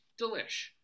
delish